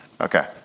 Okay